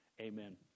Amen